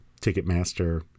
Ticketmaster